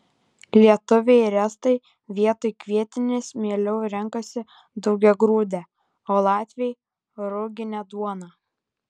lietuviai ir estai vietoj kvietinės mieliau renkasi daugiagrūdę o latviai ruginę duoną